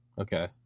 Okay